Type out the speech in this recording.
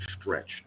stretched